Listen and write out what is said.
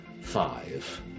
five